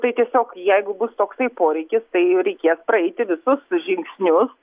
tai tiesiog jeigu bus toksai poreikis tai jau reikės praeiti visus žingsnius